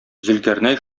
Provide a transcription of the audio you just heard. зөлкарнәй